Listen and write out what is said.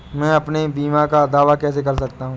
मैं अपने बीमा का दावा कैसे कर सकता हूँ?